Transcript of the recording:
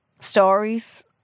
stories